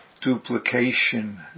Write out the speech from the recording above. duplication